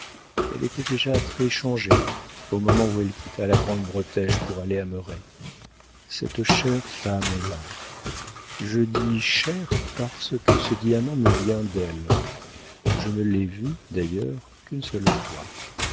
elle était déjà très changée au moment où elle quitta la grande bretèche pour aller à merret cette chère femme-là je dis chère parce que ce diamant me vient d'elle je ne l'ai vue d'ailleurs qu'une seule fois